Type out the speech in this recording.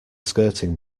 skirting